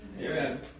Amen